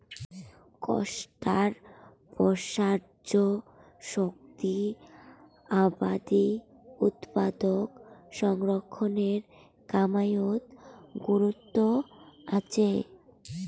কোষ্টার প্রসার্য শক্তি আবাদি উৎপাদনক সংরক্ষণের কামাইয়ত গুরুত্ব আচে